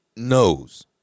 knows